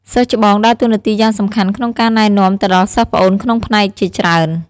សិស្សច្បងដើរតួនាទីយ៉ាងសំខាន់ក្នុងការ ណែនាំទៅដល់សិស្សប្អូនក្នុងផ្នែកជាច្រើន។